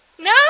No